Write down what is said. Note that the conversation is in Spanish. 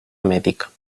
médica